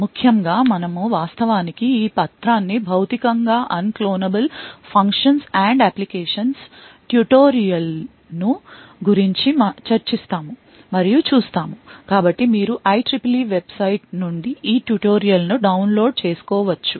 ముఖ్యంగా మనము వాస్తవానికి ఈ పత్రాన్ని "భౌతికంగా unclonable functions and applications" tutorial ను గురించి చర్చిస్తాము మరియు చూస్తాము కాబట్టి మీరు IEEE వెబ్సైట్ నుండి ఈ ట్యుటోరియల్ను డౌన్లోడ్ చేసుకో వచ్చు